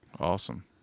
Awesome